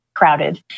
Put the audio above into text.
crowded